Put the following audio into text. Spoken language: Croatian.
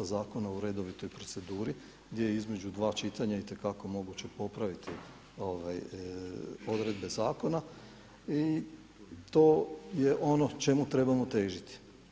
zakona u redovitoj proceduri gdje je između dva čitanja itekako moguće popraviti odredbe zakona i to je ono čemu trebamo težiti.